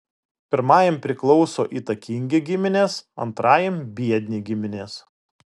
pirmajam priklauso įtakingi giminės antrajam biedni giminės